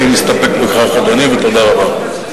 אני אסתפק בכך, אדוני, ותודה רבה.